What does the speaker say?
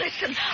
listen